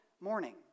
morning